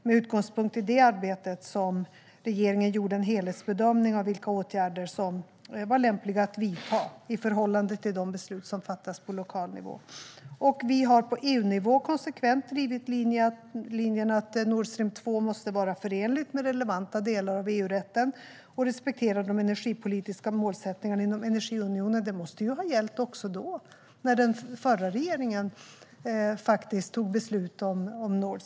Med utgångspunkt i det arbetet gjorde regeringen en helhetsbedömning av vilka åtgärder som var lämpliga att vidta i förhållande till de beslut som fattas på lokal nivå. På EU-nivå har vi konsekvent drivit linjen att Nord Stream 2 måste vara förenligt med relevanta delar av EU-rätten och respektera de energipolitiska målsättningarna inom energiunionen. Detta måste ju ha gällt också när den förra regeringen tog beslut om Nord Stream.